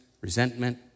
resentment